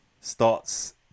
starts